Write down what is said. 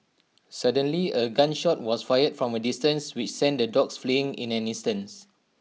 suddenly A gun shot was fired from A distance which sent the dogs fleeing in an instant